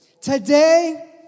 Today